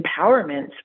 empowerment